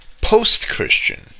post-Christian